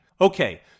Okay